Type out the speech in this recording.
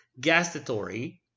Gastatory